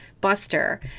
Buster